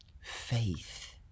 faith